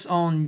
on